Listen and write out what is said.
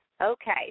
Okay